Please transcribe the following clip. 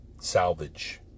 salvage